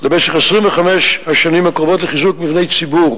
למשך 25 השנים הקרובות לחיזוק מבני ציבור,